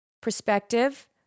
Perspective